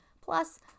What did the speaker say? plus